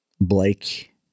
Blake